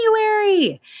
January